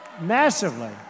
massively